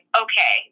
okay